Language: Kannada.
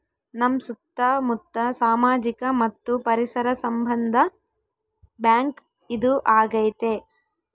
ನಮ್ ಸುತ್ತ ಮುತ್ತ ಸಾಮಾಜಿಕ ಮತ್ತು ಪರಿಸರ ಸಂಬಂಧ ಬ್ಯಾಂಕ್ ಇದು ಆಗೈತೆ